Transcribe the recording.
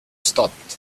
stopped